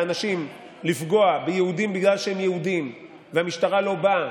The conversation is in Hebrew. לאנשים לפגוע ביהודים בגלל שהם יהודים והמשטרה לא באה,